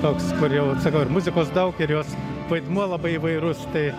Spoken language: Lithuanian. toks kur jau sakau ir muzikos daug ir jos vaidmuo labai įvairus tai